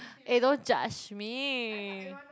eh don't judge me